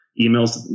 emails